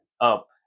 up